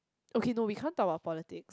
okay no we can't talk about politics